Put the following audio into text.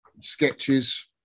Sketches